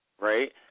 right